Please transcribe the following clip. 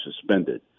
suspended